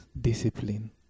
discipline